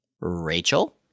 Rachel